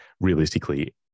realistically